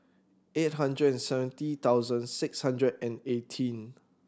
eight hundred and seventy thousand six hundred and eighteen